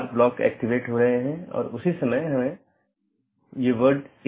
एक stub AS दूसरे AS के लिए एक एकल कनेक्शन है